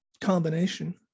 combination